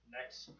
Next